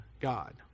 God